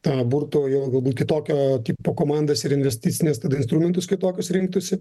tą burtų jau galbūt kitokio tipo komandas ir investicines tada instrumentus kitokius rinktųsi